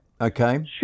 okay